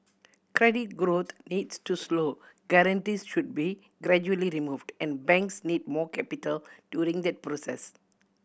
credit growth needs to slow guarantees should be gradually removed and banks need more capital during that process